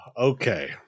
Okay